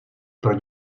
pro